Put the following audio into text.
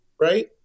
right